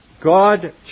God